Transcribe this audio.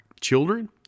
children